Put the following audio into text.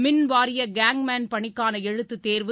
மின்வாரியகேங்க்மேன் பணிக்கானஎழுத்துத் தேர்வு